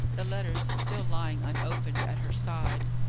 the letters still lying unopened at her side,